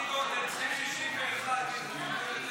צריך 61 חבר הכנסת בגין,